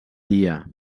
dia